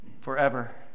forever